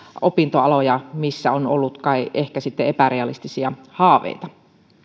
opintoaloja missä on ollut ehkä epärealistisia haaveita